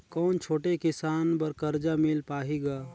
कौन छोटे किसान बर कर्जा मिल पाही ग?